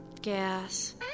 gas